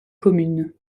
commune